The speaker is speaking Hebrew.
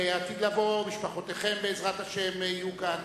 בעתיד לבוא משפחותיכם, בעזרת השם, יהיו כאן.